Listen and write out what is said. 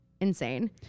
insane